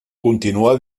continua